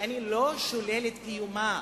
שאני לא שולל את קיומה.